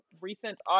recent